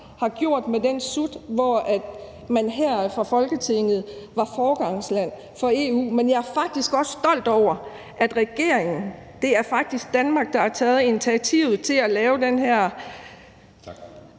tilfældet med den sut, hvor man i Folketinget gjorde Danmark til foregangsland for EU. Men jeg er faktisk også stolt af, at det er Danmark, der har taget initiativet til at lave det her.